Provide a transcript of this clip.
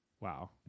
Wow